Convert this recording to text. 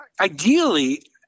ideally